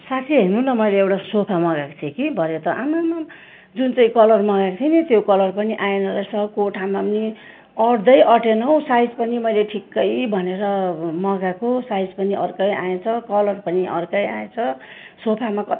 साथी हेर्नु न मैले एउटा सोफा मगाएको थिएँ कि भरे त आम्मामा जुन चाहिँ कलर मगाएको थिएँ नि त्यो कलर पनि आएन रहेछ कोठामा पनि अँट्दै अँटेन हौ साइज पनि ठिकै भनेर मगाँको साइज पनि अर्कै आएछ कलर पनि अर्कै आएछ सोफामा